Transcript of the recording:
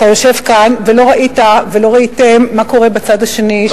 אתה יושב כאן ולא ראית ולא ראיתם מה קורה בצד השני.